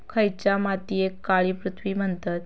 खयच्या मातीयेक काळी पृथ्वी म्हणतत?